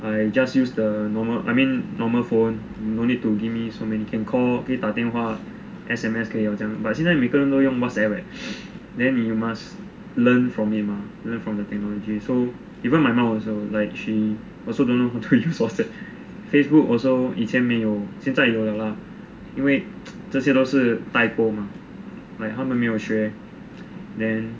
I just use the normal I mean normal phone no need to give me so many can call 可以打电话 S_M_S 可以 liao 这样 but 现在每个人用 WhatsApp leh then you must learn from it mah learn from the technology so even my mum also like she also don't know how to use WhatsApp Facebook also 以前没有现在有了因为这些都是 typo mah like 他们没有学 then